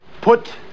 Put